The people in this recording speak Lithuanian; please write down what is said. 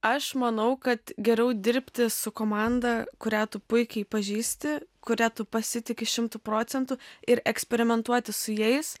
aš manau kad geriau dirbti su komanda kurią tu puikiai pažįsti kurią tu pasitiki šimtu procentų ir eksperimentuoti su jais